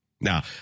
Now